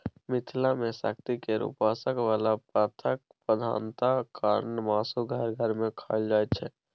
मिथिला मे शक्ति केर उपासक बला पंथक प्रधानता कारणेँ मासु घर घर मे खाएल जाइत छै